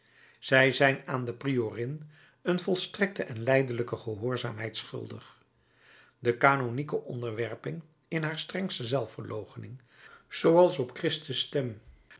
zij zijn aan de priorin een volstrekte en lijdelijke gehoorzaamheid schuldig de canonieke onderwerping in haar strengste zelfverloochening zooals op christus stem